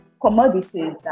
commodities